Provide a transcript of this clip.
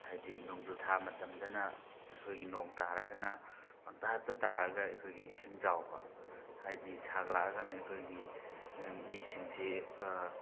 ꯍꯥꯏꯗꯤ ꯅꯣꯡꯖꯨ ꯊꯥ ꯃꯇꯝꯗꯅ ꯑꯩꯈꯣꯏꯒꯤ ꯅꯣꯡ ꯇꯥꯔꯒꯅ ꯄꯪꯇꯥꯗ ꯇꯥꯔꯒ ꯑꯩꯈꯣꯏꯒꯤ ꯏꯁꯤꯡ ꯆꯥꯎꯕ ꯍꯥꯏꯗꯤ ꯁꯥꯒꯠꯂꯛꯑꯒꯅ ꯑꯩꯈꯣꯏꯒꯤ ꯃꯤꯁꯤꯡꯁꯤ